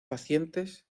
pacientes